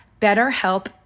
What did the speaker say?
BetterHelp